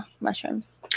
mushrooms